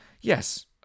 Yes